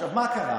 עכשיו, מה קרה?